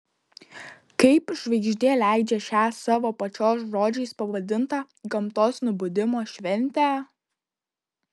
kaip žvaigždė leidžią šią savo pačios žodžiais pavadintą gamtos nubudimo šventę